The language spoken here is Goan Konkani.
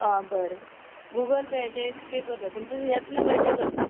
आ बरें बरें गुगल पेयाचेर पे करता तुमचो ह्याच नंबराचेर करता